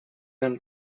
them